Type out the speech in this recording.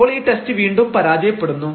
അപ്പോൾ ഈ ടെസ്റ്റ് വീണ്ടും പരാജയപ്പെടുന്നു